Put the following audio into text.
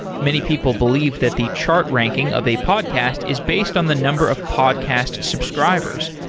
many people believe that the chart ranking of a podcast is based on the number of podcast subscribers,